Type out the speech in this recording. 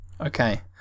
okay